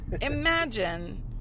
Imagine